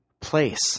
place